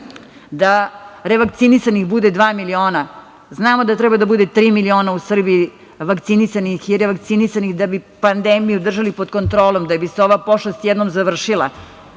da revakcinisanih bude dva miliona, znamo da treba da bude tri miliona u Srbiji vakcinisanih i revakcinisanih da bi pandemiju držali pod kontrolom, da bi se ova pošast jednom završila.